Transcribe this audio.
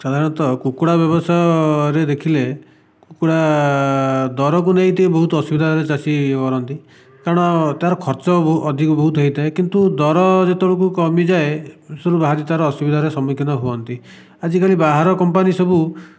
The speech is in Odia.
ସାଧାରଣତଃ କୁକୁଡ଼ା ବ୍ୟବସାୟରେ ଦେଖିଲେ କୁକୁଡ଼ା ଦରକୁ ନେଇକି ବହୁତ ଚାଷୀ ଡରନ୍ତି କାରଣ ତାର ଖର୍ଚ୍ଚ ଅଧିକ ବହୁତ ହୋଇଥାଏ କିନ୍ତୁ ଦର ଯେତେବେଳକୁ କମିଯାଏ ଭାରି ତାର ଅସୁବିଧାର ସମ୍ମୁଖୀନ ହୁଅନ୍ତି ଆଜିକାଲି ବାହାର କମ୍ପାନୀ ସବୁ